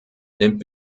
nimmt